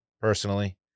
personally